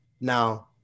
Now